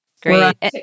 great